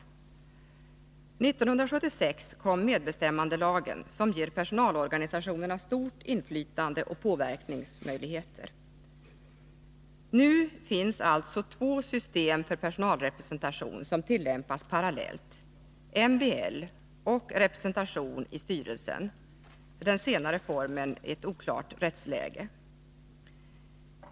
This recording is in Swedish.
1976 kom medbestämmandelagen, som ger personalorganisationerna stort inflytande och möjligheter till påverkan. Nu finns alltså två system för personalrepresentation som tillämpas parallellt, MBL och representation i styrelsen — den senare formen med ett oklart rättsläge.